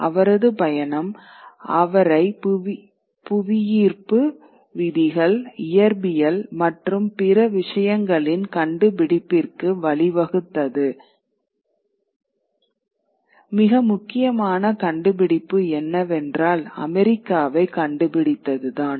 அவரது பயணம் அவரை இயற்பியல் புவியீர்ப்பு விதிகள் மற்றும் பிற விஷயங்களின் கண்டுபிடிப்பிற்கு வழிவகுத்தது மிக முக்கியமான கண்டுபிடிப்பு என்னவென்றால் அமெரிக்காவை கண்டுபிடித்தது கண்டுபிடித்ததாகும்